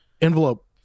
envelope